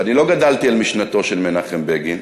ואני לא גדלתי על משנתו של מנחם בגין,